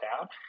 out